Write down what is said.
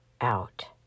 out